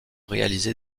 réalisé